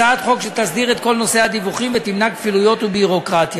הצעת חוק שתסדיר את כל נושא הדיווחים ותמנע כפילויות וביורוקרטיה.